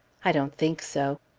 i don't think so.